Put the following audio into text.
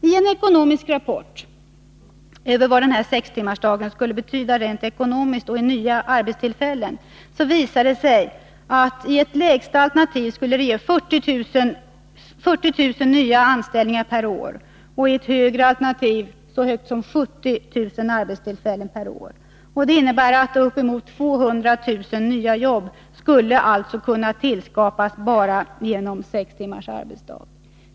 I en ekonomisk rapport över vad sextimmarsdagen skulle betyda rent ekonomiskt och i nya arbetstillfällen redovisas att införandet av sextimmarsdagen i det lägsta alternativet skulle ge 40 000 nya anställningar per år och i det högsta alternativet så mycket som 70 000 arbetstillfällen per år. Uppemot 200 000 nya jobb skulle alltså kunna tillskapas bara genom sextimmarsdagen.